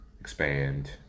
expand